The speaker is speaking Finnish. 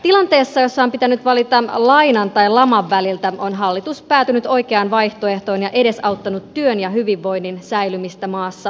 tilanteessa jossa on pitänyt valita lainan tai laman väliltä on hallitus päätynyt oikeaan vaihtoehtoon ja edesauttanut työn ja hyvinvoinnin säilymistä maassamme